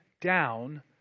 down